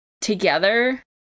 together